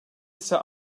ise